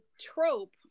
trope